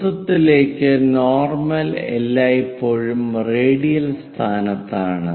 വൃത്തത്തിലേക്കു normal എല്ലായ്പ്പോഴും radial സ്ഥാനത്താണ്